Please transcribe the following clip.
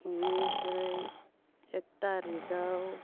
बेनिफ्राय एक तारिकाव